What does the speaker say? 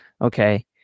Okay